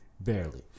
barely